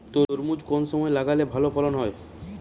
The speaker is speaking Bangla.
তরমুজ কোন সময় লাগালে ভালো ফলন হয়?